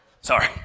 Sorry